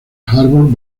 arbor